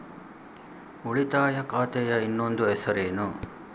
ಉಳಿತಾಯ ಖಾತೆಯ ಇನ್ನೊಂದು ಹೆಸರೇನು?